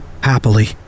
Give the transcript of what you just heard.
Happily